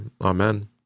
Amen